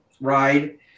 ride